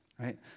Right